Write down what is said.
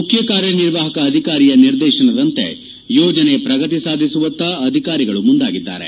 ಮುಖ್ಯ ಕಾರ್ಯನಿರ್ವಾಹಕ ಅಧಿಕಾರಿಯ ನಿರ್ದೇಶನದಂತೆ ಯೋಜನೆ ಪ್ರಗತಿ ಸಾಧಿಸುವತ್ತ ಅಧಿಕಾರಿಗಳು ಮುಂದಾಗಿದ್ದಾರೆ